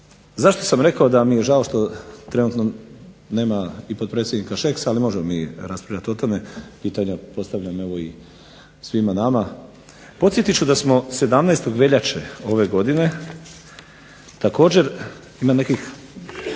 Zašto sam rekao da mi je žao što trenutno nema potpredsjednika Šeksa ali možemo mi raspravljati o tome, pitanja postavljam i svima nama, podsjetiti ću da smo 17. veljače ove godine također na nekih